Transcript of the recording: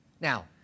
Now